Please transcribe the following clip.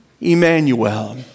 Emmanuel